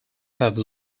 have